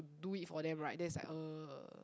do it for them right then it's like uh